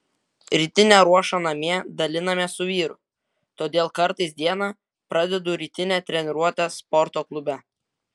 rytinę ruošą namie dalinamės su vyru todėl kartais dieną pradedu rytine treniruote sporto klube